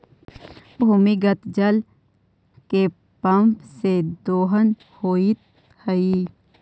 भूमिगत जल के पम्प से दोहन होइत हई